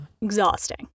Exhausting